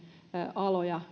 aloja